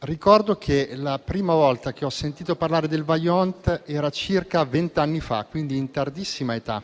Ricordo che la prima volta che ho sentito parlare del Vajont risale a circa venti anni fa, in tardissima età.